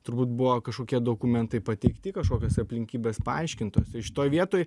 turbūt buvo kažkokie dokumentai pateikti kažkokios aplinkybės paaiškintos šitoj vietoj